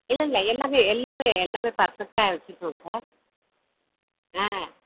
இல்லை இல்லை எல்லாமே எல்லாமே எல்லாமே பர்ஃபெக்ட்டாக வைச்சுருக்கோங் சார் ஆ